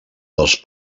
dels